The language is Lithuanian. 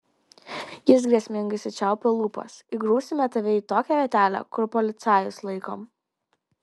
jis grėsmingai sučiaupė lūpas įgrūsime tave į tokią vietelę kur policajus laikom